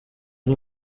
ari